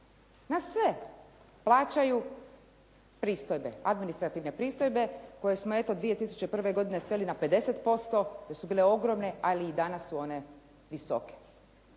na sve plaćaju pristojbe, administrativne pristojbe koje smo eto 2001. godine sveli na 50% jer su bile ogromne ali i danas su one visoke,